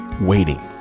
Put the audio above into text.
waiting